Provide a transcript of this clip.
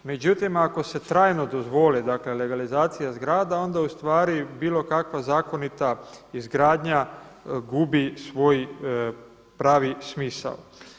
Međutim, ako se trajno dozvole, dakle legalizacija zgrada, onda ustvari bilo kakva zakonita izgradnja gubi svoj pravi smisao.